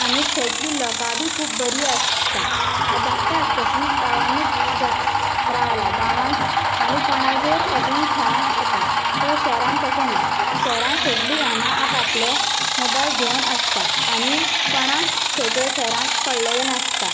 आनी थंयसली लोकां बी खूब बरी आसता हांव धाकटें आसतासून गांवानूत जाल रावला गांवांत आमी कोणागेर वचून खेळो येता पर शहरान तशें ना शहरान सगलीं जाणां आपआपलें मोबायल घेवन आसता आनी कोणाक थंयसर शहरांत पडलेलें नासतां